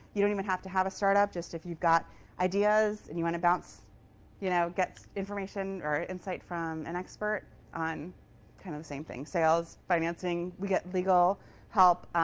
you don't even have to have a startup. just if you've got ideas and you want to balance you know get information or insight from an expert on the kind of same thing sales, financing. we get legal help.